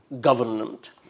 government